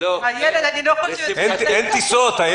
אין טיסות.